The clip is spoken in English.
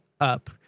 up